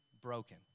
broken